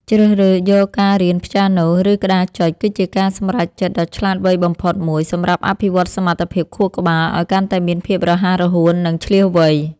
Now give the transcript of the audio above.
ជ្រើសរើសយកការរៀនលេងព្យ៉ាណូ ឬក្តារចុចគឺជាការសម្រេចចិត្តដ៏ឆ្លាតវៃបំផុតមួយសម្រាប់អភិវឌ្ឍសមត្ថភាពខួរក្បាលឱ្យកាន់តែមានភាពរហ័សរហួន និងឈ្លាសវៃ។